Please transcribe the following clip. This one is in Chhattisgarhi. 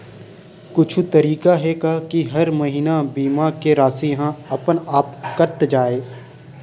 कुछु तरीका हे का कि हर महीना बीमा के राशि हा अपन आप कत जाय?